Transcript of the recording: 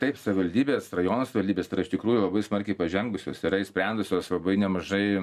taip savivaldybės rajono savivaldybės tai yra iš tikrųjų labai smarkiai pažengusios yra išsprendusios labai nemažai